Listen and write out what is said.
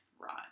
Right